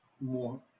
more